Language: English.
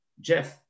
Jeff